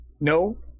No